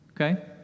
Okay